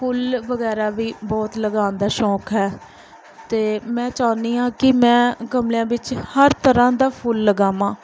ਫੁੱਲ ਵਗੈਰਾ ਵੀ ਬਹੁਤ ਲਗਾਉਣ ਦਾ ਸ਼ੌਕ ਹੈ ਅਤੇ ਮੈਂ ਚਾਹੁੰਦੀ ਹਾਂ ਕਿ ਮੈਂ ਗਮਲਿਆਂ ਵਿੱਚ ਹਰ ਤਰ੍ਹਾਂ ਦਾ ਫੁੱਲ ਲਗਾਵਾਂ